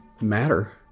matter